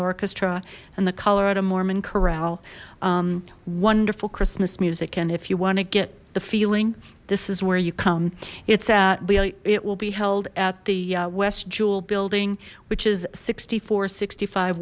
orchestra and the colorado mormon chorale wonderful christmas music and if you want to get the feeling this is where you come it's at it will be held at the west jewel building which is sixty four sixty five